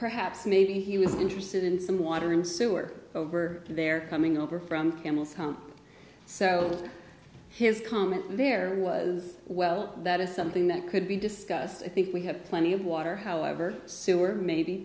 perhaps maybe he was interested in some water and sewer over there coming over from camels so his comment there was well that is something that could be discussed i think we have plenty of water however sewer maybe